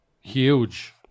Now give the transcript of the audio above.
huge